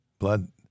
blood